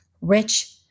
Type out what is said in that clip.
rich